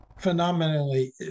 phenomenally